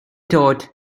taught